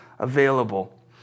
Available